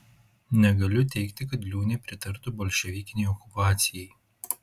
negaliu teigti kad liūnė pritartų bolševikinei okupacijai